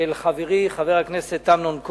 של חברי, חבר הכנסת אמנון כהן,